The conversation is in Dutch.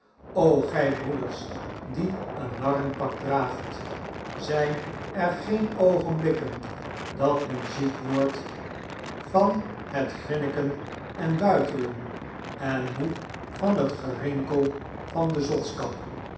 o gij broeders die een narrenpak draagt zijn er geen oogenblikken dat men ziek wordt van het grinniken en buitelen en moe van het gerinkel van de zotskap